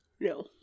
no